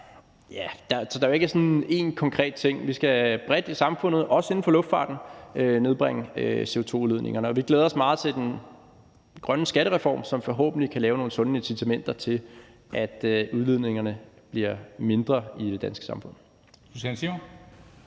ned. Der er jo ikke sådan én konkret ting,. Vi skal bredt i samfundet, også inden for luftfarten, nedbringe CO2-udledningerne, og vi glæder os meget til den grønne skattereform, som forhåbentlig kan lave nogle sunde incitamenter til, at udledningerne bliver mindre i det danske samfund.